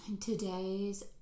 today's